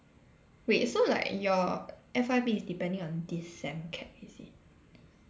wait so like your F_Y_P is depending on this sem CAP is it